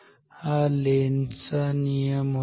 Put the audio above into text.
तऱ हा लेंझचा नियम होता